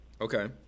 Okay